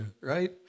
Right